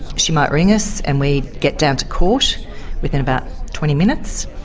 she might ring us and we'd get down to court within about twenty minutes.